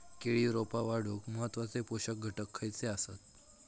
केळी रोपा वाढूक महत्वाचे पोषक घटक खयचे आसत?